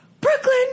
Brooklyn